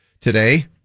today